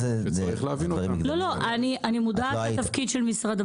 אני מודעת לתפקיד משרד הבריאות.